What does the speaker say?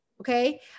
Okay